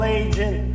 agent